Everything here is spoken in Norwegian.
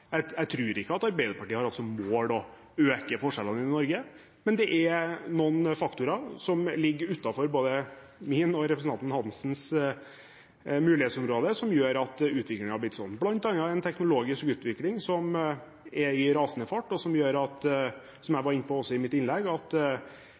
Jeg tror ikke at Arbeiderpartiet har hatt som mål å øke forskjellene i Norge, men det er noen faktorer som ligger utenfor både min og representanten Hansens mulighetsområde, og som gjør at utviklingen har blitt sånn, bl.a. en teknologisk utvikling som går i rasende fart, og som gjør – som jeg